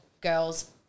girl's